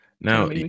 Now